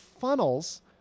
funnels